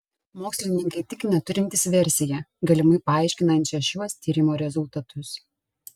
mokslininkai tikina turintys versiją galimai paaiškinančią šiuos tyrimo rezultatus